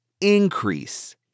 increase